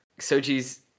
Soji's